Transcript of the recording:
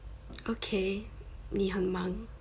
okay 你很忙